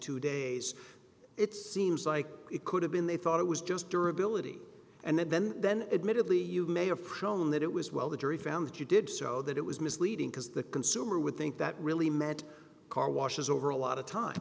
two days it seems like it could have been they thought it was just dura billeted and then then admittedly you may have chrome that it was well the jury found that you did so that it was misleading because the consumer would think that really meant car washes over a lot of time